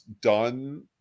done